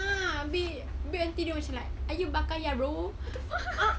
a'ah habis habis until dia macam like are you baka ya bro